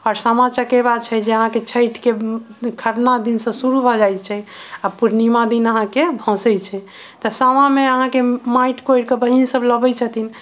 आओर सामा चकेबा छै जे अहाँके छठि के खरना दिन से शुरू भऽ जाइ छै आ पूर्णिमा दिन अहाँके भंसै छै तऽ सामा मे अहाँके मटि कोरि के बहीन सब लबै छथिन